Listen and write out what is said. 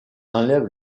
enlève